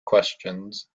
questions